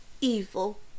evil